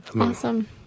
Awesome